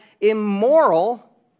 immoral